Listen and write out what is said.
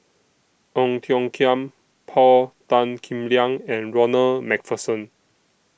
Ong Tiong Khiam Paul Tan Kim Liang and Ronald MacPherson